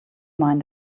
mind